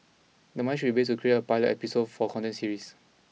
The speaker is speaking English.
the money should then be used to create a pilot episode for a content series